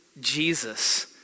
Jesus